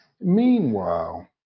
Meanwhile